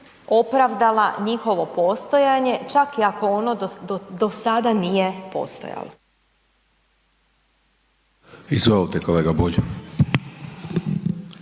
opravdala njihovo postojanje čak i ako ono do sada nije postojalo. **Hajdaš Dončić,